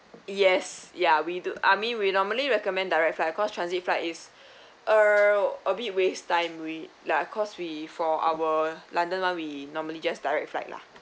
yes ya we do I mean we normally recommend direct flight cause transit flight is err a bit waste time we lah cause we for our london one we normally just direct flight lah